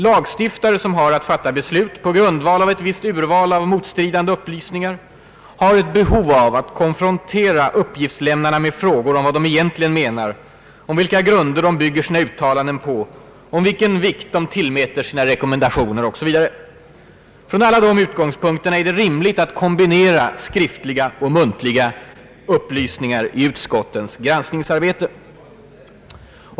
Lagstiftare som har att fatta beslut på grundval av ett visst urval av motstridande upplysningar, har ett behov av att konfrontera uppgiftslämnarna med frågor om vad de egentligen menar, vilka grunder de bygger sina uttalanden på, vilken vikt de tillmäter sina rekommendationer osv. Från alla dessa utgångspunkter är det rimligt att kombinera skriftliga och muntliga upplysningar i utskottens granskningsarbete».